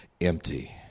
empty